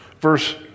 Verse